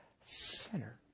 sinner